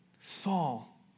Saul